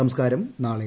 സംസ്കാരം നാളെ